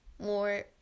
more